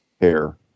hair